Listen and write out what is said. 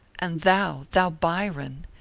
and thou, thou byron,